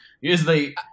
usually